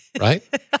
right